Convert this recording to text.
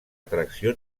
atracció